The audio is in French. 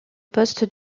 poste